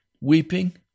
weeping